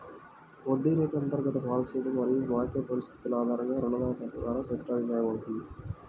వడ్డీ రేటు అంతర్గత పాలసీలు మరియు మార్కెట్ పరిస్థితుల ఆధారంగా రుణదాత ద్వారా సెట్ చేయబడుతుంది